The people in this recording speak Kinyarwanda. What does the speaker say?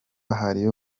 hariyo